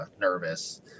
nervous